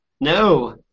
No